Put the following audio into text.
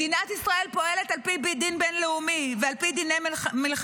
מדינת ישראל פועלת על פי בית דין בין-לאומי ועל פי דיני מלחמה.